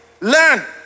Learn